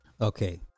Okay